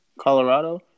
Colorado